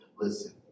listen